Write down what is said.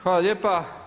Hvala lijepa.